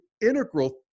integral